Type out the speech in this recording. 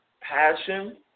passion